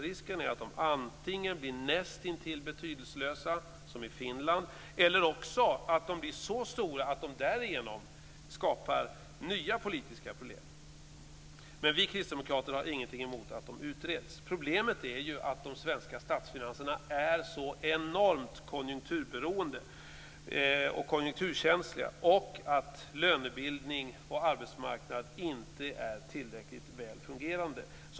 Risken är att de antingen blir näst intill betydelselösa, som i Finland, eller också blir de så stora att de därigenom skapar nya politiska problem. Men vi kristdemokrater har ingenting emot att de utreds. Problemet är att de svenska statsfinanserna är så enormt konjunkturberoende och konjunkturkänsliga och att lönebildning och arbetsmarknad inte är tillräckligt väl fungerande.